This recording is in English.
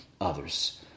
others